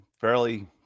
fairly